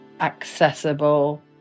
accessible